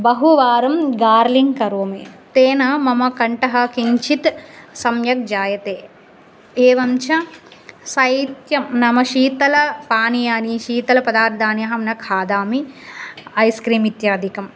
बहुवारं गार्ग्लिङ् करोमि तेन मम कण्ठः किञ्चित् सम्यक् जायते एवञ्च शैत्यं नाम शीतलपाणियानि शीतलपदार्थानि अहं न खादामि ऐस्क्रिम् इत्यादिकम्